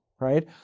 right